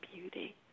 beauty